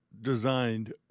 designed